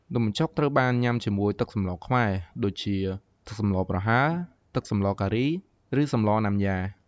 នំបញ្ចុកត្រូវបានញ៉ាំជាមួយទឹកសម្លរខ្មែរដូចជា ទឹកសម្លរប្រហើរ ទឹកសម្លរការី ឬសម្លរណាំយ៉ា។